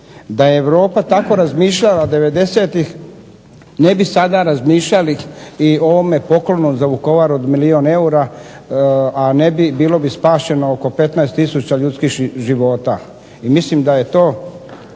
Da je Europa tako razmišljala devedesetih ne bi sada razmišljali i o ovome poklonu za Vukovar od milijun eura, a ne bi, bilo bi spašeno oko 15000 ljudskih života. Mislim da je to